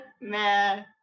man